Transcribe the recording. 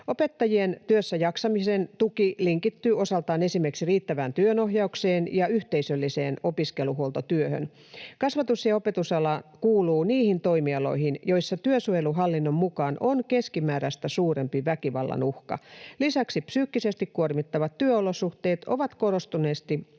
Opettajien työssäjaksamisen tuki linkittyy osaltaan esimerkiksi riittävään työnohjaukseen ja yhteisölliseen opiskeluhuoltotyöhön. Kasvatus- ja opetusala kuuluu niihin toimialoihin, joissa työsuojeluhallinnon mukaan on keskimääräistä suurempi väkivallan uhka. Lisäksi psyykkisesti kuormittavat työolosuhteet ovat korostuneet